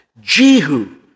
Jehu